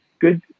good